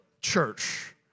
church